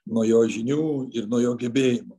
nuo jo žinių ir nuo jo gebėjimo